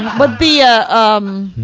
but the ah. um